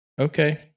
Okay